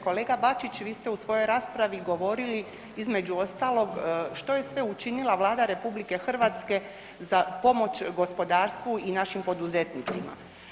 Kolega Bačić vi ste u svojoj raspravi govorili između ostalog što je sve učinila Vlada RH za pomoć gospodarstvu i našim poduzetnicima.